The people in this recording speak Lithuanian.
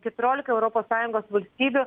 keturiolikoj europos sąjungos valstybių